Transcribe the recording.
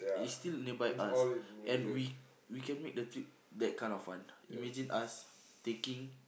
it's still nearby us and we we can make the trip that kind of fun imagine us taking